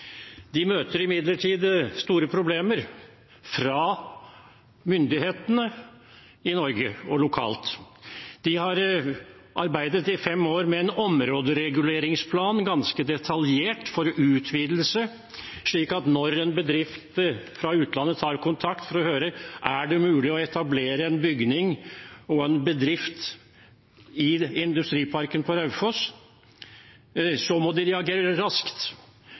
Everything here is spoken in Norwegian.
De møter imidlertid store problemer fra myndighetene i Norge og lokalt. De har arbeidet i fem år med en områdereguleringsplan, ganske detaljert, for utvidelse, slik at når en bedrift fra utlandet tar kontakt for å høre om det er mulig å etablere en bygning og en bedrift i industriparken på Raufoss, så må de reagere raskt.